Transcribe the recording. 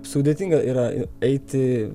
sudėtinga yra eiti